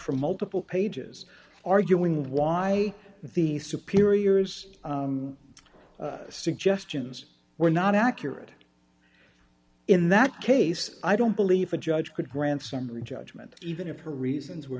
from multiple pages arguing why the superiors suggestions were not accurate in that case i don't believe a judge could grant summary judgment even if her reasons were